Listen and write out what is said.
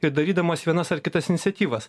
ir darydamas vienas ar kitas iniciatyvas